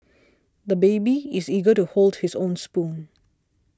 the baby is eager to hold his own spoon